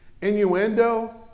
Innuendo